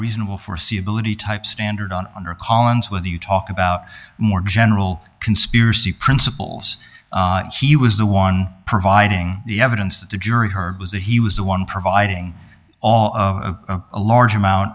reasonable foreseeability type standard on under collins when you talk about more general conspiracy principles he was the one providing the evidence that the jury heard was that he was the one providing a large amount